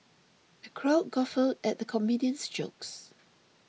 the crowd guffawed at the comedian's jokes